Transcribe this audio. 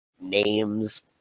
Names